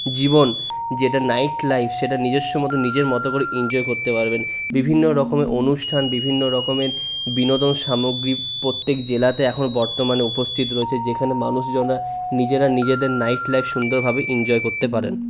জীবন যেটা নাইটলাইফ সেটা নিজস্ব মতো নিজের মতো করে এনজয় করতে পারবেন বিভিন্ন রকমের অনুষ্ঠান বিভিন্ন রকমের বিনোদন সামগ্রী প্রত্যক জেলাতে এখন বর্তমানে উপস্থিত রয়েছে যেখানে মানুষজনরা নিজেরা নিজেদের নাইটলাইফ সুন্দরভাবে এনজয় করতে পারেন